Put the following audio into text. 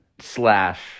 slash